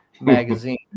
magazine